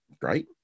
great